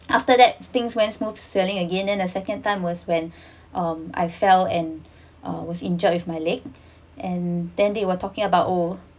after that things went smooth sailing again then second time was when um I fell and uh was injured with my leg and then they were talking about oh